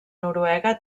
noruega